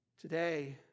today